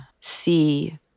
see